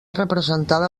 representada